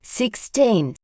sixteen